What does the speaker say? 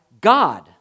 God